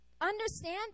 understand